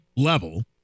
level